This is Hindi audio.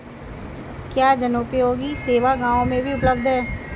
क्या जनोपयोगी सेवा गाँव में भी उपलब्ध है?